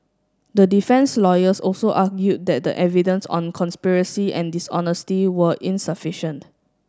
the defence lawyers also argued that the evidence on conspiracy and dishonesty were insufficient